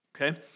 Okay